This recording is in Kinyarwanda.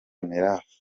mirafa